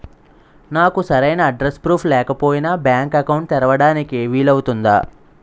నాకు సరైన address proof లేకపోయినా బ్యాంక్ అకౌంట్ తెరవడానికి వీలవుతుందా?